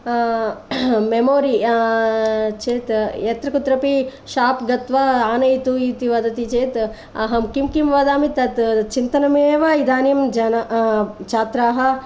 memory चेत् यत्र कुत्रापि शाप् गत्वा आनयतु इति वदति चेत् अहं किं किं वदामि तत् चिन्तनमेव इदानीं जनः छात्राः